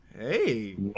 Hey